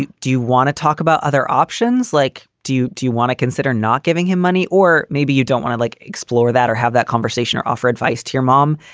do you want to talk about other options? like do you? do you want to consider not giving him money? or maybe you don't want to like explore that or have that conversation or offer advice to your mom,